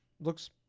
looks